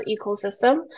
ecosystem